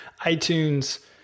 iTunes